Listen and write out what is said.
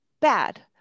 bad